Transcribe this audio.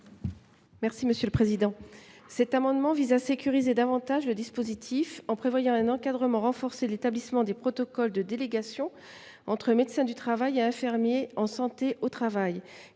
Mme la rapporteure. Cet amendement vise à sécuriser davantage le dispositif, en prévoyant un encadrement renforcé de l’établissement des protocoles de délégation entre médecins du travail et infirmiers en santé au travail,